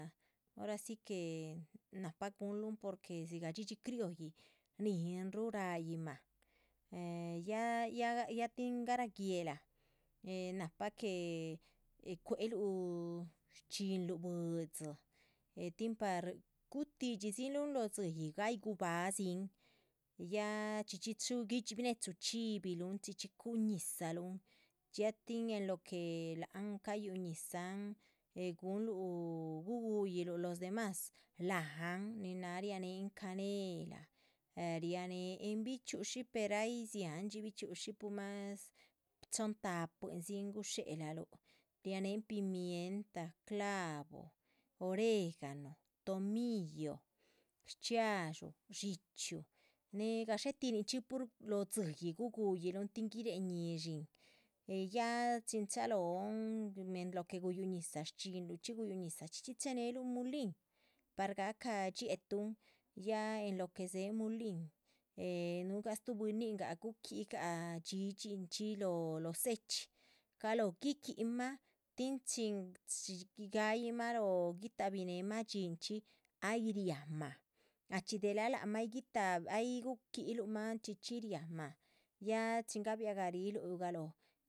Hora si que nahpa guhunluhn, porque dhxídhxi criolli nihinruh ra´yih mah eh ya ya ya tin garah guéhla, eh nahap que cueluh shchxinluh buidxi, he tin para gutidxidziluhn. lóho dzíyih, gay gibahadizn ya chxí chxí chu binechi chxíbiluhn, ya chxí chxí cúhu ñizahluhn, ya tin en lo que lahan cayúhun ñizahn, eh gunluh guguyi luh los demás,. láhan nin náha rianéhen canelah, rianéhen bichxi´ushi per dziandxi bichxi´ushi puhmas chohon tahpuin dzin, gudxéla luh, rianéhen pimienta, clavo, oregano, tomillo. shchxiadxúu, dxíchy, néhe gadxé tih nichxí pur lóho dzíyih guguyi´lun tin guiréhe ñishin, eh ya chin chalóhn en lo que guyúh ñiza shchxinlu chxí guyu ñizah chxí chxí chenehluh. mulin par gahca dxiéhetun ya en lo que dzéhen mulin, eh núhugah stuh bwíninagh guquígah dhxídhxin chxí lóho lóh dze´chxi ga lóho guiguímah tin chin. ga´yimah, lóho guitahbi nehmah dxín, chxi ay riahmah ah chxi delah lac mah ay guitahbi ay guquíluh mah chxí chxí riahmah ya chin gabira rariluh galóh.